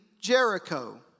Jericho